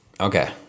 Okay